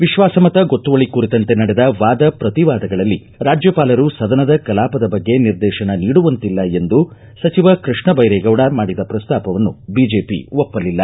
ವಿಶ್ವಾಸಮತ ಗೊತ್ತುವಳಿ ಕುರಿತಂತೆ ನಡೆದ ವಾದ ಪ್ರತಿವಾದಗಳಲ್ಲಿ ರಾಜ್ಯಪಾಲರು ಸದನದ ಕಲಾಪದ ಬಗ್ಗೆ ನಿರ್ದೇತನ ನೀಡುವಂತಿಲ್ಲ ಎಂದು ಸಚಿವ ಕೃಷ್ಣ ಬೈರೇಗೌಡ ಮಾಡಿದ ಪ್ರಸ್ತಾಪವನ್ನು ಬಿಜೆಪಿ ಒಪ್ಪಲಿಲ್ಲ